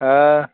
हाँ